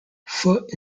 foot